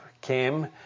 came